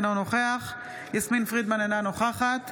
אינו נוכח יסמין פרידמן, אינה נוכחת